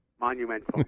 Monumental